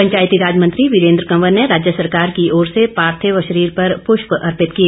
पंचायतीराज मंत्री वीरेन्द्र कंवर ने राज्य सरकार की ओर से पार्थिव शरीर पर पुष्प अर्पित किए